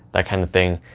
that kind of thing.